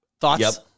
Thoughts